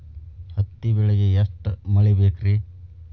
ಹತ್ತಿ ಬೆಳಿಗ ಎಷ್ಟ ಮಳಿ ಬೇಕ್ ರಿ?